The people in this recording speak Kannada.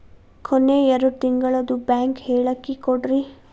ಕೊನೆ ಎರಡು ತಿಂಗಳದು ಬ್ಯಾಂಕ್ ಹೇಳಕಿ ಕೊಡ್ರಿ